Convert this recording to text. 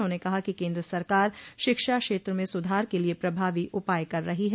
उन्होंने कहा कि केन्द्र सरकार शिक्षा क्षेत्र में सुधार के लिए प्रभावी उपाय कर रही है